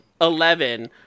Eleven